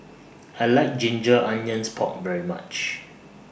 I like Ginger Onions Pork very much